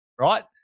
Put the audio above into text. right